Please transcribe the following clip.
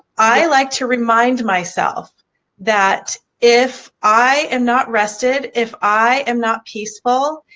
i like to remind myself that if i am not rested, if i am not peaceful,